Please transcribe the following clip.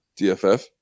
DFF